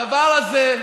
הדבר הזה,